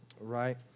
Right